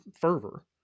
fervor